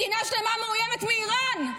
מדינה שלמה מאוימת מאיראן,